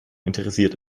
interessiert